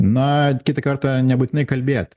na kitą kartą nebūtinai kalbėt